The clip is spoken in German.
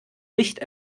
licht